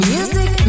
Music